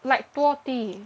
like 多低